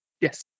Yes